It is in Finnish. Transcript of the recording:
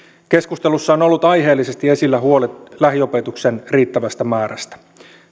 keskustelussa on ollut aiheellisesti esillä huoli lähiopetuksen riittävästä määrästä